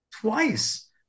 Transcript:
twice